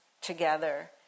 together